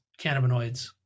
cannabinoids